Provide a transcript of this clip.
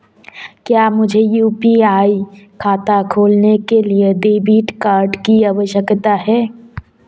क्या मुझे यू.पी.आई खाता खोलने के लिए डेबिट कार्ड की आवश्यकता है?